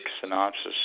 synopsis